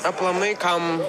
aplamai kam